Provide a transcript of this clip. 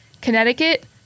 Connecticut